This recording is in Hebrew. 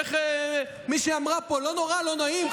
איך מישהי אמרה פה: לא נורא, לא נעים.